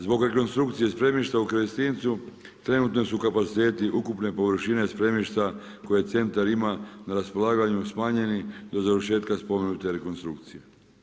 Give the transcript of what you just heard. Zbog rekonstrukcije spremišta u Kerestincu, trenutno su kapaciteti ukupne površine spremišta koje centar ima na raspolaganju smanjeni do završetka spomenute rekonstrukcije.